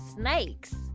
snakes